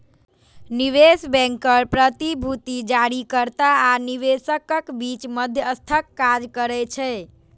निवेश बैंकर प्रतिभूति जारीकर्ता आ निवेशकक बीच मध्यस्थक काज करै छै